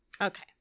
Okay